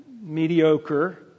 mediocre